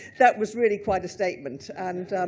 that was really quite a statement. and